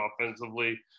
offensively